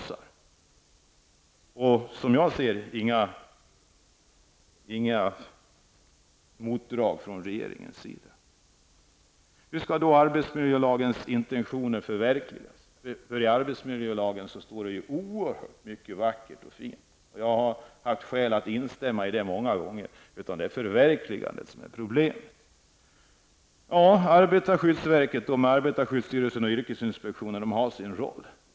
Jag har inte sett till några motdrag från regeringens sida. Hur skall arbetsmiljölagens intentioner kunna förverkligas? I arbetsmiljölagen står oerhört mycket som är vackert och fint, och jag har haft skäl att instämma i det många gånger. Förverkligandet utgör däremot ett problem. Arbetarskyddsverket, arbetarskyddsstyrelsen och yrkesinspektionen har en roll.